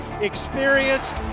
Experience